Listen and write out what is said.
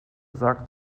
sagt